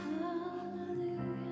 Hallelujah